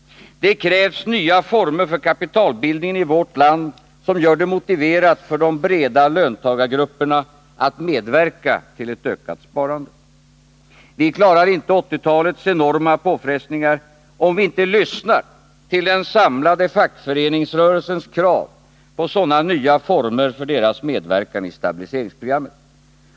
Det krävs nya former för kapitalbildningen i vårt land som gör det motiverat för de breda löntagargrupperna att medverka till ett ökat sparande. Vi klarar inte 1980-talets enorma påfrestningar, om vi inte lyssnar till den samlade fackföreningsrörelsens krav på sådana nya former för deras medverkan i stabiliseringsprogrammet.